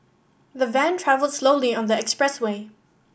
the van travelled slowly on the expressway